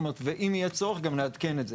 ואם יהיה צורך גם נעדכן את זה.